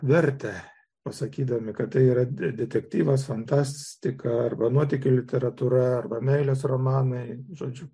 vertę pasakydami kad tai yra detektyvas fantastika arba nuotykių literatūra arba meilės romanai žodžiu